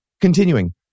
Continuing